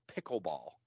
pickleball